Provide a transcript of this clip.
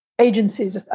agencies